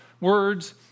words